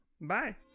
Bye